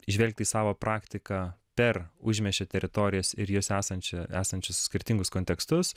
žvelgt į savo praktiką per užmiesčio teritorijas ir jose esančią esančius skirtingus kontekstus